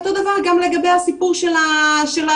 אותו הדבר גם לגבי הסיפור של החיסונים.